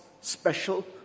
special